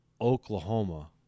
Oklahoma